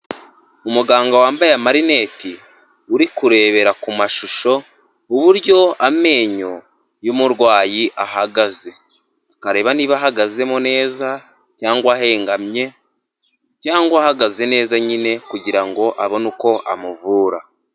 Umuganga wambaye amarineti uri kurebera ku mashusho uburyo amenyo yumurwayi ahagaze. Akareba niba ahagazemo neza cyangwa ahengamye cyangwa ahagaze neza nyine kugirango abone uko amuvura.